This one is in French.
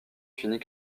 finit